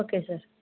okay sir